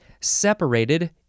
Separated